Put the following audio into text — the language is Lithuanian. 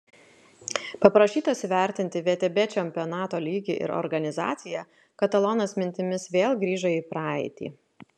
paprašytas įvertinti vtb čempionato lygį ir organizaciją katalonas mintimis vėl grįžo į praeitį